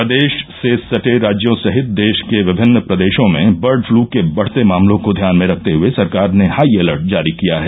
प्रदेश से सटे राज्यों सहित देश के विभिन्न प्रदेशों में बर्ड फ्ल के बढते मामलों को ध्यान में रखते हए सरकार ने हाई अलर्ट जारी किया है